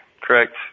correct